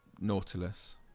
Nautilus